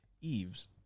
Eves